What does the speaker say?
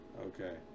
Okay